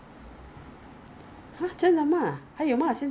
so four containers right it's two dollars